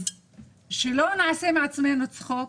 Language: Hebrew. אז שלא נעשה מעצמנו צחוק,